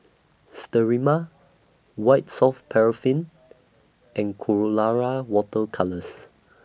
Sterimar White Soft Paraffin and Colora Water Colours